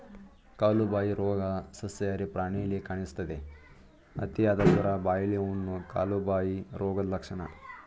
ಕಾಲುಬಾಯಿ ರೋಗ ಸಸ್ಯಾಹಾರಿ ಪ್ರಾಣಿಲಿ ಕಾಣಿಸ್ತದೆ, ಅತಿಯಾದ ಜ್ವರ, ಬಾಯಿಲಿ ಹುಣ್ಣು, ಕಾಲುಬಾಯಿ ರೋಗದ್ ಲಕ್ಷಣ